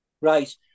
Right